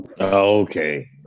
okay